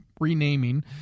renaming